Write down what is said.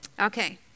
okay